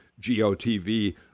GOTV